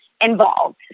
involved